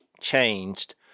changed